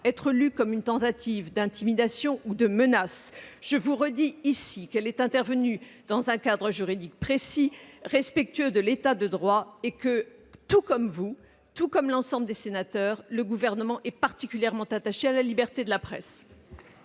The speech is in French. être lue comme une tentative d'intimidation ou de menace. Non, bien sûr ! Je vous redis ici qu'elle est intervenue dans un cadre juridique précis, respectueux de l'État de droit, et que, tout comme vous et l'ensemble des sénateurs, le Gouvernement est particulièrement attaché à la liberté de la presse.